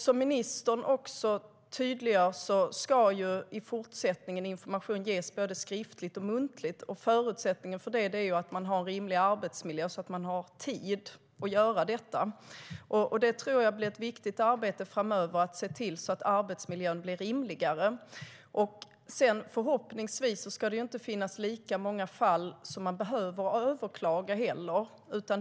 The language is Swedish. Som ministern tydliggör ska i fortsättningen information ges både skriftligt och muntligt. Förutsättningen för det är att arbetsmiljön är rimlig så att man har tid att göra det. Jag tror att det blir ett viktigt arbete framöver att se till att arbetsmiljön blir rimligare. Förhoppningsvis ska det inte finnas lika många fall som man behöver överklaga.